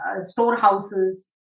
storehouses